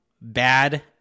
bad